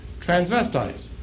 transvestites